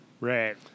Right